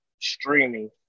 streaming